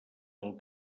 del